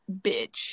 bitch